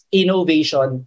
innovation